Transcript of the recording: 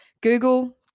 Google